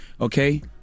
okay